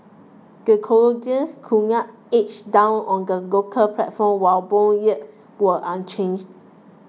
the Croatian kuna edged down on the local platform while bond yields were unchanged